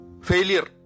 Failure